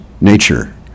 nature